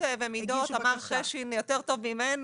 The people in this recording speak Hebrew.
הכול יכול להיות, נכון.